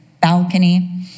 balcony